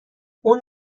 اون